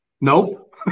Nope